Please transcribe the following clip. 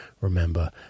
remember